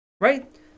right